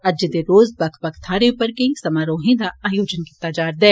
अज्जै दे रोज बक्ख बक्ख थाहरें पर केई समारोहें दा आयोजन कीता जा'रदा ऐ